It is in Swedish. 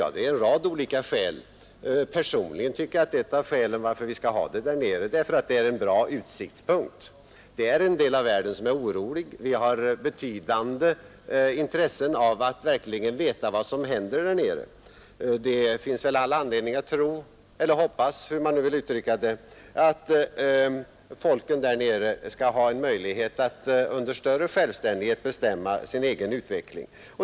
Ja, det är av en rad olika skäl. Personligen tycker jag att ett av skälen till att vi skall ha en ambassad där nere är att det är en bra utsiktspunkt i en del av världen som är orolig. Vi har betydande intresse av att verkligen veta vad som händer där. Det finns all anledning att hoppas att folken där nere skall ha en möjlighet att under större självständighet bestämma sin egen utveckling.